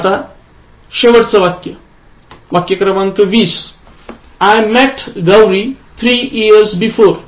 आता शेवटचं वाक्य I met Gauri three years before